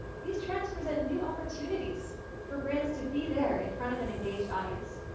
these trends present new opportunities for brands to be there in front of an engaged audience.